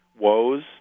woes